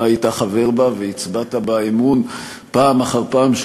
היית חבר בה והצבעת אמון בה פעם אחר פעם,